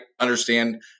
understand